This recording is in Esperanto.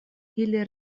ili